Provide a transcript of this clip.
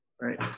right